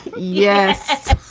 yes.